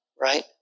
right